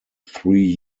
three